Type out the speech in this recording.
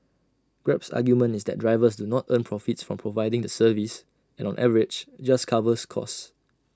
grab's argument is that drivers do not earn profits from providing the service and on average just covers costs